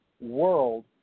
world